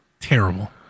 Terrible